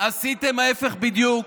עשיתם את ההפך בדיוק.